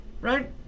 right